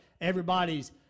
everybody's